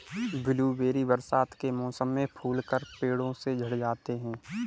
blueberry बरसात के मौसम में फूलकर पेड़ों से झड़ जाते हैं